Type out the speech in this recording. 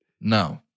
No